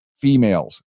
females